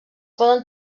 poden